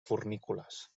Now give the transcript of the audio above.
fornícules